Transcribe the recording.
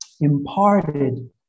imparted